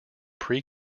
pre